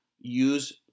Use